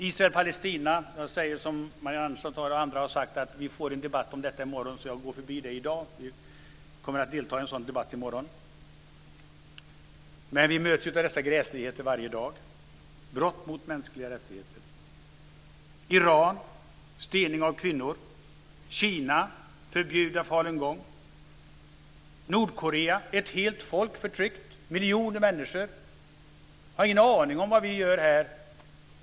Vi kommer att delta i en debatt om Israel och Palestina i morgon så jag går förbi det i dag, liksom Marianne Andersson och flera andra har sagt. Vi möts av dessa gräsligheter varje dag - brott mot mänskliga rättigheter. I Iran förekommer stening av kvinnor. I Kina har man förbjudit falungong. I Nordkorea är ett helt folk förtryckt, miljoner människor. De har ingen aning om vad vi gör här.